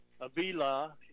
Avila